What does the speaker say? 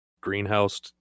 greenhouse